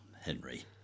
Henry